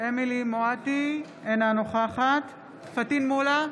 חיה מואטי, אינה נוכחת פטין מולא,